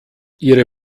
ihre